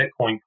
Bitcoin